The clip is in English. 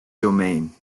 domain